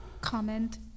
comment